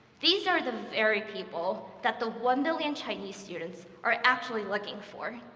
these are the very people that the one million chinese students are actually looking for.